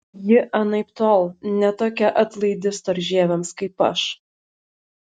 ji anaiptol ne tokia atlaidi storžieviams kaip aš